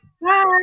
Bye